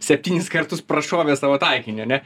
septynis kartus prašovė savo taikinį ane